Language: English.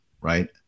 right